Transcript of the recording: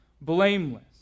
blameless